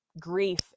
grief